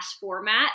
format